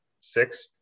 six